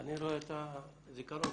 אני מושבניק.